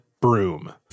broom